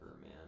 man